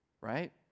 right